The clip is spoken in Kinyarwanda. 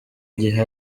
gihe